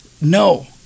No